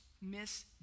miss